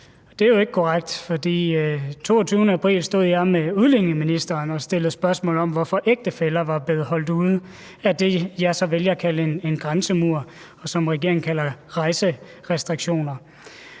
Det er jo ikke korrekt, for den 22. april stod jeg her med udlændinge- og integrationsministeren og stillede spørgsmål om, hvorfor ægtefæller var blevet holdt ude af det, jeg så vælger at kalde en grænsemur, og som regeringen kalder indrejserestriktioner.